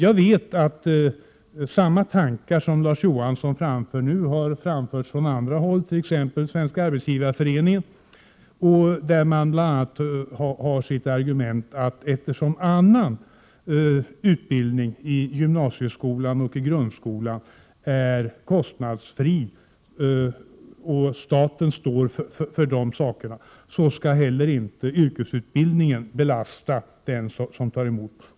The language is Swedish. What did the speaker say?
Jag vet att samma tankar som Larz Johansson framför nu har framförts från andra håll, t.ex. från Svenska arbetsgivareföreningen, där man bl.a. har som argument att eftersom annan utbildning i gymnasieskolan och i grundskolan är kostnadsfri och staten står för dessa kostnader, skall heller inte yrkesutbildningen belasta den som tar emot elever.